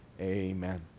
Amen